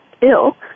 ill